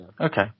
okay